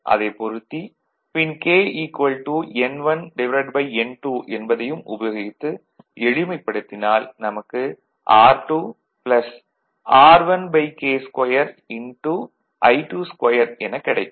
அதைப் பொருத்தி பின் K N1 N2 என்பதையும் உபயோகித்து எளிமைப்படுத்தினால் நமக்கு R2 R1K2 2 எனக் கிடைக்கும்